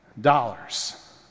dollars